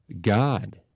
God